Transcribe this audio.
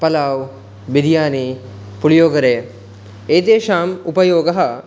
पलाव् बिर्यानी पुल्योगरे एतेषाम् उपयोगः